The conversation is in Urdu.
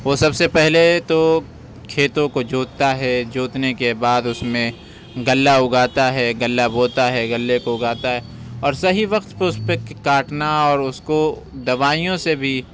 وہ سب سے پہلے تو کھیتوں کو جوتتا ہے جوتنے کے بعد اُس میں غلّہ اگاتا ہے غلّہ بوتا ہے غلّے کو اُگاتا ہے اور صحیح وقت پہ اُس پہ کاٹنا اور اُس کو دوائیوں سے بھی